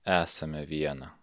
esame viena